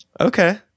Okay